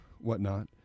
whatnot